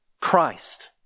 Christ